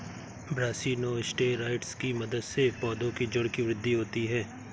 brassinosteroids की मदद से पौधों की जड़ की वृद्धि होती है